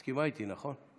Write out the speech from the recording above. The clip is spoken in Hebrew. את מסכימה איתי, נכון?